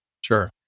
Sure